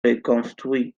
reconstruit